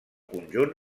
conjunt